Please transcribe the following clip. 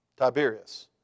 Tiberius